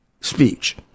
speech